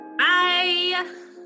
Bye